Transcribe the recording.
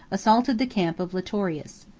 assaulted the camp of litorius.